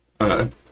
Okay